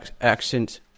accent